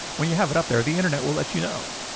when you have it up there, the internet will let you know,